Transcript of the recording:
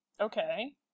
okay